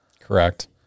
Correct